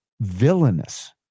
villainous